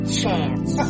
chance